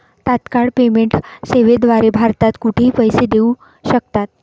तत्काळ पेमेंट सेवेद्वारे भारतात कुठेही पैसे देऊ शकतात